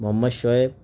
Muhammad Shoaib